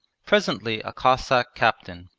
presently a cossack captain,